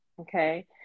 Okay